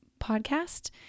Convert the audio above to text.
podcast